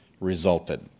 resulted